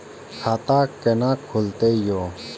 खाता केना खुलतै यो